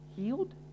Healed